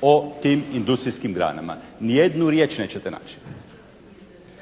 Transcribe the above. o tim industrijskim granama. Ni jednu riječ nećete naći.